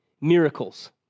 Miracles